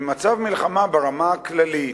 במצב מלחמה ברמה הכללית,